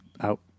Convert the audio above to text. Out